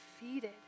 defeated